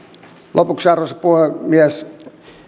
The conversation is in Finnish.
lopuksi arvoisa puhemies